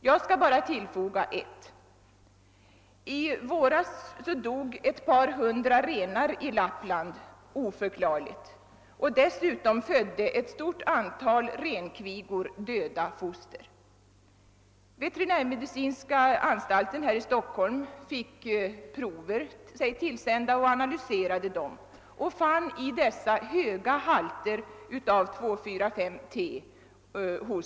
Jag skall bara tillfoga ett exempel. I våras dog ett par hundra renar i Lappland oförklarligt, och dessutom födde ett stort antal renkor döda foster. Veterinärmedicinska anstalten här i Stockholm fick prover sig tillsända, analyserade dem och fann i dem höga halter av 2, 4, 5 T.